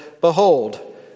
Behold